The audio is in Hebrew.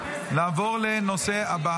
לוועדת הכנסת.